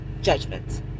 judgment